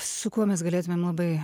su kuo mes galėtumėm labai